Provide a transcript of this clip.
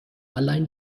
allein